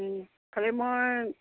খালী মই